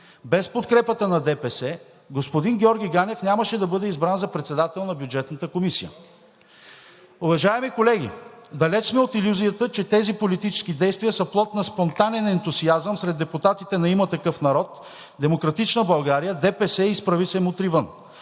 без подкрепата на ДПС господин Георги Ганев нямаше да бъде избран за председател на Бюджетната комисия. Уважаеми колеги, далеч сме от илюзията, че тези политически действия са плод на спонтанен ентусиазъм сред депутатите на „Има такъв народ“, „Демократична България“, ДПС и „Изправи се! Мутри вън!“.